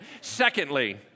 Secondly